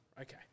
Okay